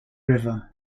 river